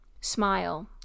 smile